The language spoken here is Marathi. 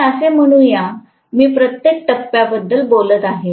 आपण असे म्हणू मी प्रत्येक टप्प्याबद्दल बोलत आहे